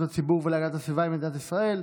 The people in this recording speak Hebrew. הציבור ולהגנת הסביבה של מדינת ישראל,